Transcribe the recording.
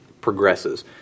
progresses